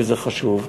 וזה חשוב.